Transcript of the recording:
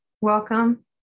welcome